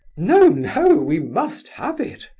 no, no, we must have it!